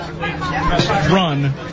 run